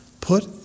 Put